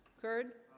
curd